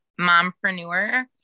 mompreneur